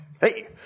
Hey